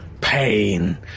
pain